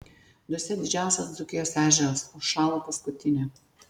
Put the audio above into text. dusia didžiausias dzūkijos ežeras užšalo paskutinė